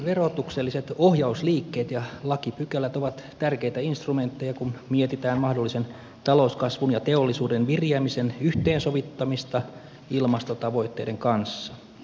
verotukselliset ohjausliikkeet ja lakipykälät ovat tärkeitä instrumentteja kun mietitään mahdollisen talouskasvun ja teollisuuden viriämisen yhteensovittamista ilmastotavoitteiden kanssa